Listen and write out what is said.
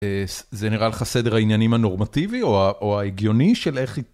זה נראה לך סדר העניינים הנורמטיבי או ההגיוני של איך